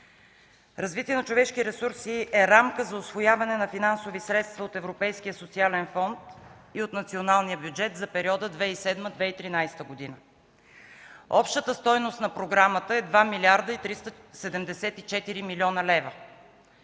„Развитие на човешките ресурси” е рамка за усвояване на финансови средства от Европейския социален фонд и от националния бюджет за периода 2007-2013 г. Общата стойност на програмата е 2 млрд. 374 млн. лв.